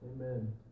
Amen